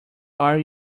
are